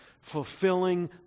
fulfilling